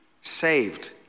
saved